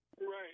Right